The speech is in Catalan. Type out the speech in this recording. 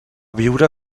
viure